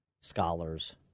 scholars